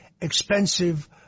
expensive